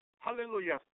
Hallelujah